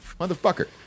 Motherfucker